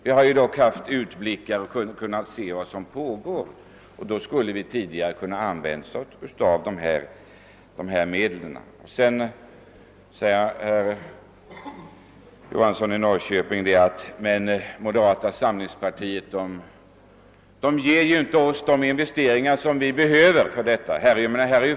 Vi har ju dock haft utblick och kunnat se vad som pågår, och då borde vi tidigare ha kunnat använda oss av dessa medel. Vidare säger herr Johansson i Norrköping: Men moderata samlingspartiet vill ju inte vara med om att bevilja de pengar som behövs för investeringar på detta område.